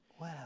Wow